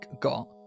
got